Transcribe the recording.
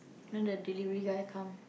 then the delivery guy come